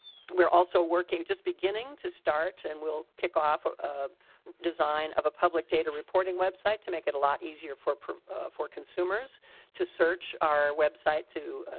we're also working just beginning to start and will kick off a a design of a public data reporting website to make it a lot easier for print for consumers to search our website too.